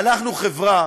אנחנו חברה